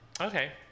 Okay